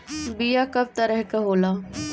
बीया कव तरह क होला?